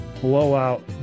blowout